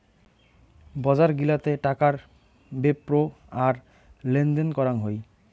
বজার গিলাতে টাকার বেপ্র আর লেনদেন করাং হই